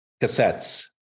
cassettes